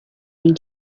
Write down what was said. این